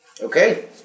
Okay